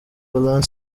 poland